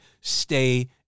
Stay